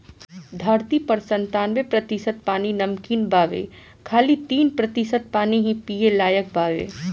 धरती पर पर संतानबे प्रतिशत पानी नमकीन बावे खाली तीन प्रतिशत पानी ही पिए लायक बावे